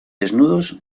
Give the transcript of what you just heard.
desnudos